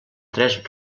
tres